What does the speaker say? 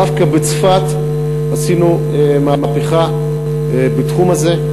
דווקא בצפת עשינו מהפכה בתחום הזה.